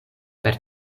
per